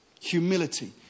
Humility